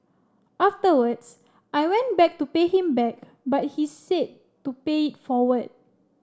afterwards I went back to pay him back but he said to pay it forward